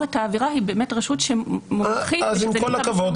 את העבירה היא באמת רשות שמומחית -- אז עם כל הכבוד,